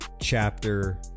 chapter